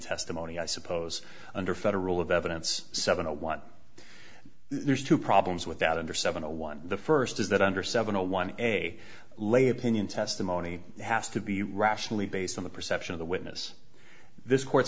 testimony i suppose under federal of evidence seven a want to there's two problems with that under seven to one the first is that under seven hundred one a lay opinion testimony has to be rationally based on the perception of the witness this court